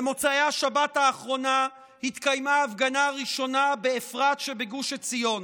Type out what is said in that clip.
במוצאי השבת האחרונה התקיימה ההפגנה הראשונה באפרת שבגוש עציון,